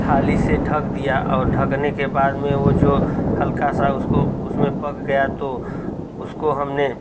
थाली से ढँक दिया और ढँकने के बाद में वह जो हल्का सा उसको उसमें पक गया तो उसको हमने